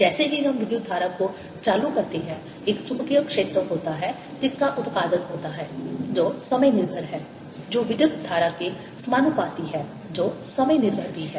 जैसे ही हम विद्युत धारा को चालू करते हैं एक चुंबकीय क्षेत्र होता है जिसका उत्पादन होता है जो समय निर्भर है जो विद्युत धारा के समानुपाती है जो समय निर्भर भी है